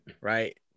right